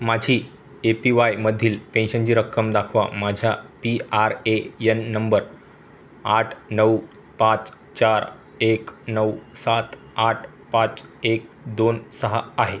माझी A P Y मधील पेन्शनची रक्कम दाखवा माझ्या P R A N number आठ नऊ पाच चार एक नऊ सात आठ पाच एक दोन सहा आहे